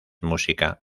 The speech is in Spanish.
música